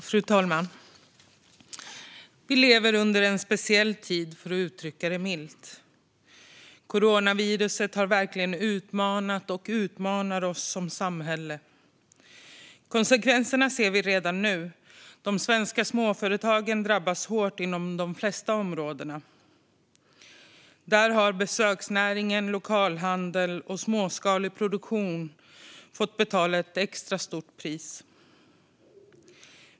Fru talman! Vi lever i en speciell tid, för att uttrycka det milt. Coronaviruset har verkligen utmanat och utmanar oss som samhälle. Konsekvenserna ser vi redan nu. De svenska småföretagen drabbas hårt inom de flesta områden. Där har besöksnäring, lokalhandel och småskalig produktion fått betala ett extra högt pris.